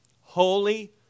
Holy